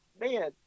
man